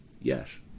Yes